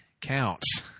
counts